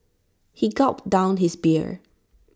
he gulped down his beer